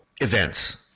events